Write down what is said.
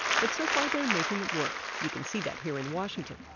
but so far they're making it work you can see that here in washington.